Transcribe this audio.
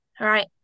right